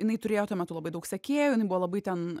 jinai turėjo tuo metu labai daug sekėjų jinai buvo labai ten